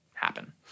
happen